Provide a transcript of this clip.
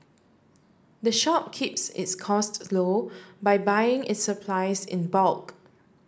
the shop keeps its cost low by buying its supplies in bulk